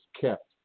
kept